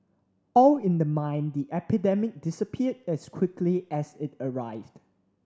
all in the mind The epidemic disappeared as quickly as it arrived